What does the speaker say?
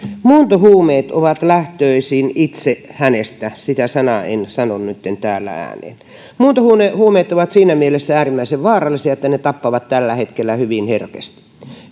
muuntohuumeet ovat lähtöisin itse hänestä sitä sanaa en sano nytten täällä ääneen muuntohuumeet ovat siinä mielessä äärimmäisen vaarallisia että ne ne tappavat tällä hetkellä hyvin herkästi